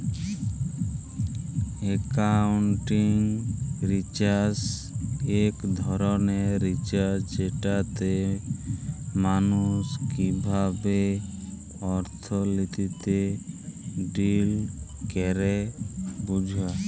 accounting research ইক ধরলের research যেটতে মালুস কিভাবে অথ্থলিতিতে ডিল ক্যরে বুঝা